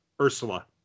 Ursula